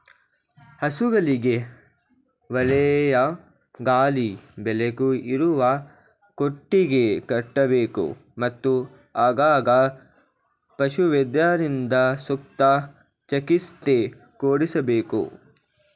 ಹಸುಗಳಿಗೆ ಒಳ್ಳೆಯ ಗಾಳಿ ಬೆಳಕು ಇರುವ ಕೊಟ್ಟಿಗೆ ಕಟ್ಟಬೇಕು, ಮತ್ತು ಆಗಾಗ ಪಶುವೈದ್ಯರಿಂದ ಸೂಕ್ತ ಚಿಕಿತ್ಸೆ ಕೊಡಿಸಬೇಕು